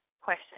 question